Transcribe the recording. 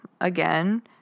again